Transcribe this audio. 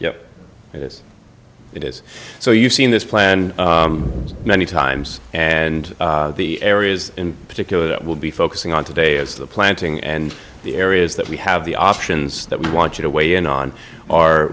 yeah it is it is so you've seen this plan many times and the areas in particular that will be focusing on today as the planting and the areas that we have the options that we want you to weigh in on